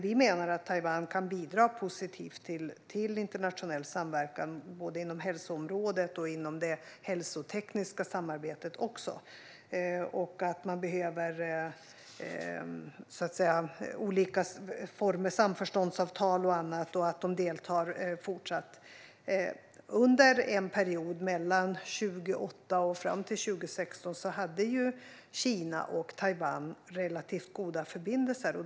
Vi menar dock att Taiwan kan bidra positivt till internationell samverkan både inom hälsoområdet och inom det hälsotekniska samarbetet. Man behöver olika former, samförståndsavtal och annat, och Taiwan ska fortsätta att delta. Under en period mellan 2008 och fram till 2016 hade Kina och Taiwan relativt goda förbindelser.